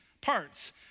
parts